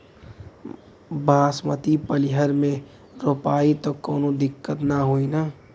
बासमती पलिहर में रोपाई त कवनो दिक्कत ना होई न?